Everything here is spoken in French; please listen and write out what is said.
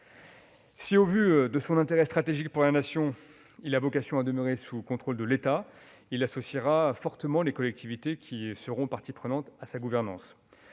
Si, au vu de son intérêt stratégique pour la Nation, il a vocation à demeurer sous contrôle de l'État, il associera fortement les collectivités qui seront parties prenantes à sa gouvernance.